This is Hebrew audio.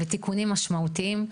ותיקונים משמעותיים.